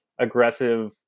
aggressive